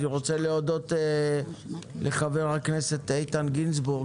אני רוצה להודות לחבר הכנסת איתן גינזבורג